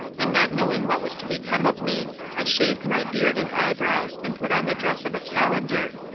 and not knowing what was to become of me i shaved my beard and eyebrows and put on the dress of a calender.